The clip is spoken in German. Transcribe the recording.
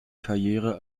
karriere